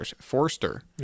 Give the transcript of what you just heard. Forster